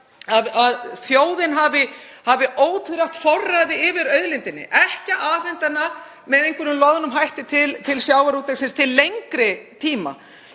að þjóðin hafi ótvírætt forræði yfir auðlindinni, ekki afhenda hana með einhverjum loðnum hætti til til sjávarútvegsins til lengri tíma.